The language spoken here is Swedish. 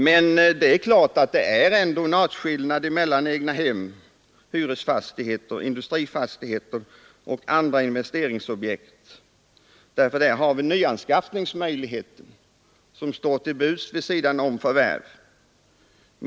Men det är naturligtvis en artskillnad mellan exempelvis egnahem, hyresfastigheter, industrifastigheter och andra investeringsobjekt, för där finns nyanskaffningsmöjlighet vid sidan om förvärv.